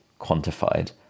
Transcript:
quantified